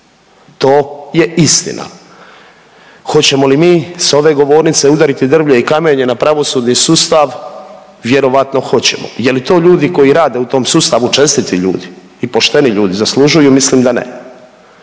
To je istina. Hoćemo li mi s ove govornice udariti drvlje i kamenje na pravosudni sustav? Vjerovatno hoćemo. Je li to ljudi koji rade u tom sustavu, čestiti ljudi i pošteni ljudi, zaslužuju, mislim da ne.